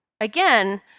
Again